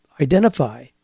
identify